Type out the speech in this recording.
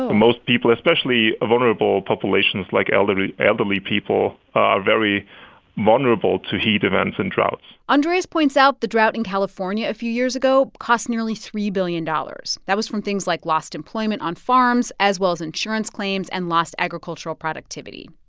ah most people, especially vulnerable populations, like elderly elderly people, are very vulnerable to heat events and droughts andreas points out the drought in california a few years ago cost nearly three billion dollars. that was from things like lost employment on farms, as well as insurance claims and lost agricultural productivity.